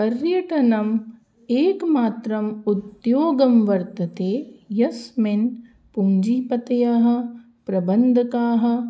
पर्यटनम् एकमात्रम् उद्योगं वर्तते यस्मिन् पुञ्जीपतयः प्रबन्धकाः